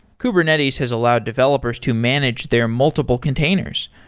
kubernetes has allowed developers to manage their multiple containers,